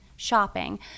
shopping